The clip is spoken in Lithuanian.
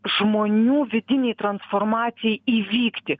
žmonių vidinei transformacijai įvykti